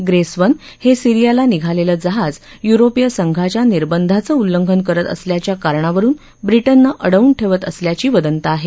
Grace One हे सिरीयाला निघालेलं जहाज युरोपीय संघाच्या निर्बंधांचं उल्लंघन करत असल्याच्या कारणावरुन ब्रिटनने अडवून ठेवलं असल्याची वदंता आहे